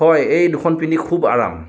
হয় এই দুখন পিন্ধি খুব আৰাম